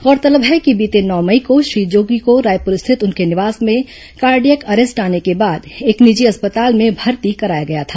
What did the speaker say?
गौरतलब है कि बीते नौ मई को श्री जोगी को रायपुर स्थित उनके निवास में कार्डियक अरेस्ट आने के बाद एक निजी अस्पताल में भर्ती कराया गया था